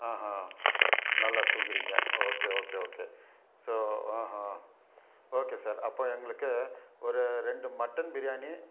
ஆ ஆ நல்லாயிருக்குங்கிறீங்க okay okay okay so ah ah okay sir அப்புறோம் எங்களுக்கு ஒரு ரெண்டு மட்டன் பிரியாணி